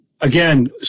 again